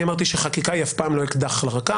ואני אמרתי שחקיקה היא אף פעם לא אקדח לרקה,